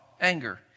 anger